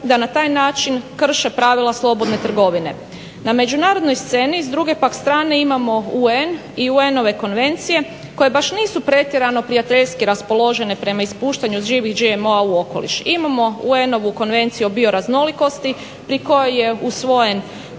da na taj način krše pravila slobodne trgovine. Na međunarodnoj sceni s druge pak strane imamo UN i UN-ove konvencije koje baš nisu pretjerano prijateljski raspoložene prema ispuštanju živih GMO-a u okoliš. Imamo UN-ovu konvenciju o bioraznolikosti pri kojoj je usvojen